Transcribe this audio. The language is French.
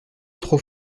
trop